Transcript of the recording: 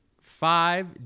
five